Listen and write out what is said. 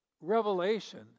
revelation